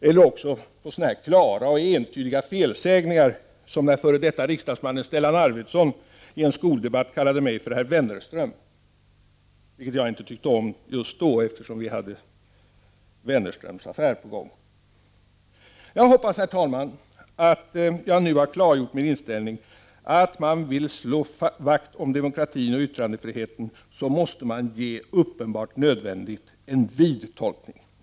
Eller att redigering skall begränsas till klara och entydiga felsägningar som exempelvis när f.d. riksdagsmannen Stellan Arvidsson i en skoldebatt kallade mig för ”herr Wennerström” — vilket jag då inte tyckte om, eftersom Wennerströmsaffären pågick. Jag hoppas, herr talman, att jag nu klargjort min inställning. Vill man slå vakt om demokratin och yttrandefriheten måste man ge uttrycket ”uppenbart nödvändigt” en vid tolkning.